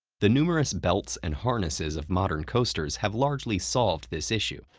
the numerous belts and harnesses of modern coasters have largely solved this issue,